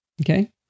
Okay